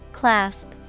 Clasp